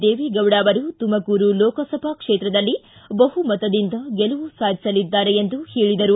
ದೇವೇಗೌಡ ಅವರು ತುಮಕೂರು ಲೋಕಸಭಾ ಕ್ಷೇತ್ರದಲ್ಲಿ ಬಹುಮತದಿಂದ ಗೆಲುವು ಸಾಧಿಸಲಿದ್ದಾರೆ ಎಂದು ಹೇಳಿದರು